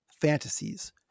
fantasies